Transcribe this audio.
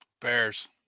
Bears